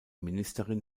ministerin